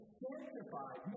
sanctified